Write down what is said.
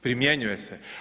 Primjenjuje se.